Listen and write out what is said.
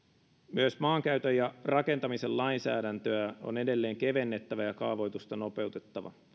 myös maankäytön ja rakentamisen lainsäädäntöä on edelleen kevennettävä ja kaavoitusta nopeutettava